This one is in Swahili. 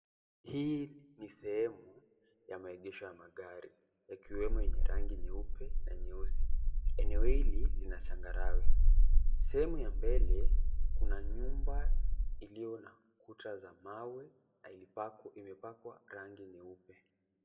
Hii ni sehemu ya maegesho ya magari yakiwemo yenye rangi nyeupe na nyeusi. Eneo hili lina changarawe. Sehemu ya mbele kuna nyumba iliyo na kuta za mawe, imepakwa rangi nyeupe.